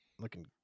looking